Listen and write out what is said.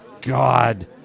God